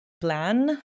plan